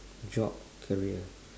job career